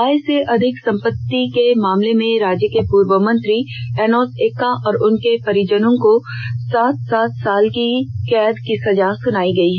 आय से अधिक संपत्ति के मामले में राज्य के पूर्व मंत्री एनोस एक्का और उनके परिजनों को सात सात साल की कैद की सजा सुनायी गयी है